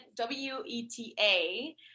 WETA